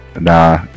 nah